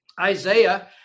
Isaiah